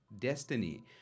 Destiny